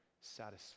satisfied